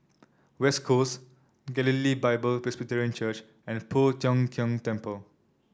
West Coast Galilee Bible Presbyterian Church and Poh Tiong Kiong Temple